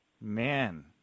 Man